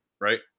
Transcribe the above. right